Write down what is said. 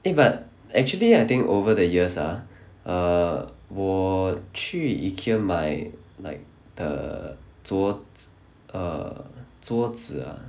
eh but actually I think over the years ah err 我去 Ikea 买 like err 桌 z~ err 桌子 ah